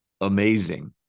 amazing